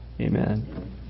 Amen